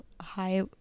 high